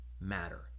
matter